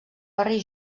barri